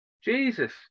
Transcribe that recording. Jesus